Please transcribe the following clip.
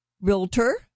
realtor